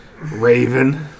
Raven